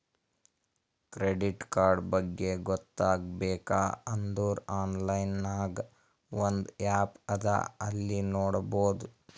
credit card ಬಗ್ಗೆ ಗೊತ್ತ ಆಗ್ಬೇಕು ಅಂದುರ್ ಆನ್ಲೈನ್ ನಾಗ್ ಒಂದ್ ಆ್ಯಪ್ ಅದಾ ಅಲ್ಲಿ ನೋಡಬೋದು